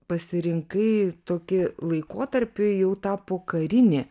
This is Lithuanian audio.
pasirinkai tokį laikotarpiui jau tą pokarinį